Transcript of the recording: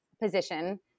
position